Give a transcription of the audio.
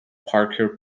parker